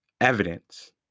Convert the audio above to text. evidence